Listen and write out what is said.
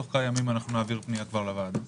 תוך כמה ימים נעביר פנייה לוועדה.